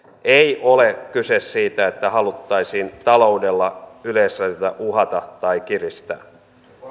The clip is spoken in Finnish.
ei ole kyse siitä että haluttaisiin taloudella yleisradiota uhata tai kiristää